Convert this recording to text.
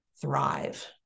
thrive